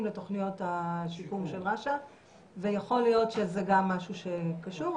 לתוכניות השיקום של רש"א ויכול להיות שזה גם משהו שקשור.